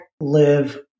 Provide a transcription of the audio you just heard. live